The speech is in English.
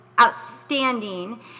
outstanding